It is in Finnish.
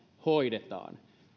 hoidetaan